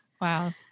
Wow